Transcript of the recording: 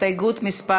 הסתייגות מס'